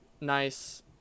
nice